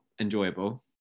enjoyable